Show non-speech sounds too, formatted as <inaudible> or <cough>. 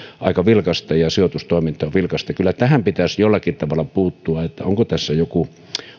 aika vilkasta ja sijoitustoiminta on vilkasta kyllä pitäisi jollakin tavalla puuttua <unintelligible> tähän onko tässä joku